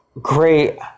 Great